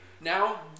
Now